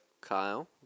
Kyle